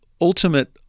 ultimate